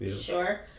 sure